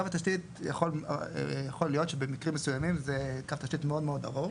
קו התשתית יכול להיות שמקרים מסוימים זה קו תשתית מאוד מאוד ארוך.